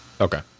Okay